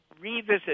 revisit